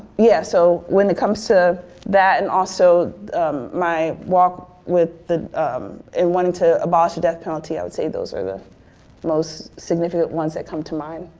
yeah, so when it comes to that and also my walk with the and wanting to abolish the death penalty i would say those are the most significant ones that come to mind.